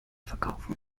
verkaufen